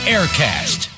Aircast